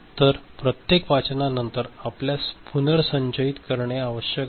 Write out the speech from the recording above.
तर प्रत्येक वाचनानंतर आपल्याला पुनर्संचयित करणे आवश्यक आहे